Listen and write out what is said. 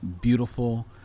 beautiful